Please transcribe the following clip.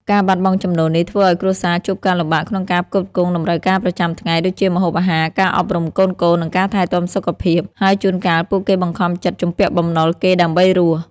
ការបាត់បង់ចំណូលនេះធ្វើឱ្យគ្រួសារជួបការលំបាកក្នុងការផ្គត់ផ្គង់តម្រូវការប្រចាំថ្ងៃ ដូចជាម្ហូបអាហារ ការអប់រំកូនៗ និងការថែទាំសុខភាព ហើយជួនកាលពួកគេបង្ខំចិត្តជំពាក់បំណុលគេដើម្បីរស់។